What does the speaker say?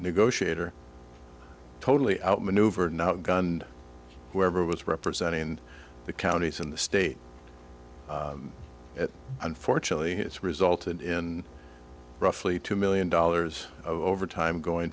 negotiator totally outmaneuver not gun whoever was representing the counties in the state unfortunately it's resulted in roughly two million dollars over time going